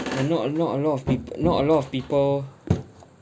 and not and not a lot of peop~ not a lot of people